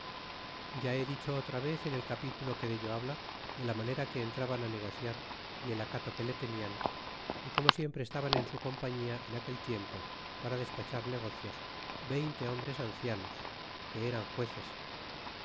ya he dicho otra vez en el capítulo que delb o habla de la manera que entraban á negociar y el acato que le tenian y como siempre estaban en su compañia en aquel tiempo para despachar negocios veinte hombres ancianos que eran jueces